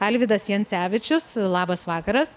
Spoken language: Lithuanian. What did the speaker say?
alvydas jancevičius labas vakaras